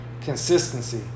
consistency